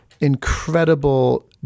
incredible